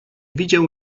widział